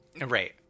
right